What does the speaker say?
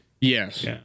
Yes